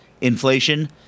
inflation